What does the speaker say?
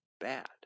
Bad